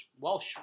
Walsh